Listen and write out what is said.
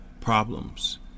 problems